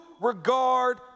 regard